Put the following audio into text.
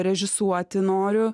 režisuoti noriu